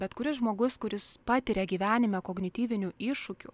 bet kuris žmogus kuris patiria gyvenime kognityvinių iššūkių